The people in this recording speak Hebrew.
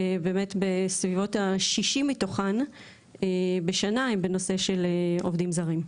ובאמת בסביבות ה-60 מתוכן בשנה הן בנושא של עובדים זרים.